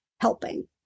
helping